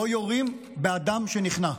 לא יורים באדם שנכנע.